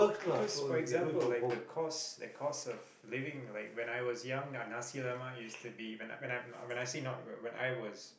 because for example like the cost the cost of living in like when I was young the Nasi-Lemak is to be when I when I when I see not when I was